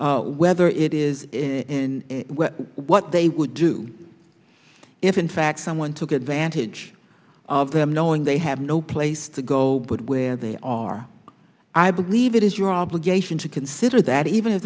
whether it is in what they would do if in fact someone took advantage of them knowing they have no place to go but where they are i believe it is your obligation to consider that even if